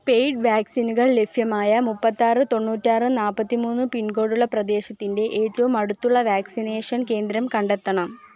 paid വാക്സിനുകൾ ലഭ്യമായ മൂപ്പത്തി ആറ് തൊണ്ണൂറ്റി ആറ് നാൽപ്പത്തി മൂന്ന് പിൻ കോഡുള്ള പ്രദേശത്തിന്റെ ഏറ്റവും അടുത്തുള്ള വാക്സിനേഷൻ കേന്ദ്രം കണ്ടെത്തണം